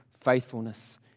faithfulness